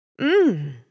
Mmm